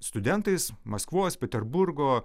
studentais maskvos peterburgo